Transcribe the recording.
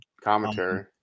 commentary